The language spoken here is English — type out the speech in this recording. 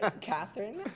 Catherine